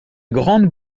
grande